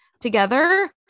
together